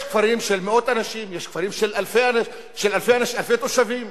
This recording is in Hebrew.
יש כפרים של מאות אנשים, יש כפרים של אלפי תושבים.